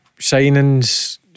signings